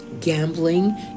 gambling